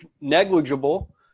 negligible